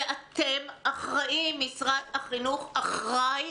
ומשרד החינוך אחראי.